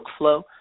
workflow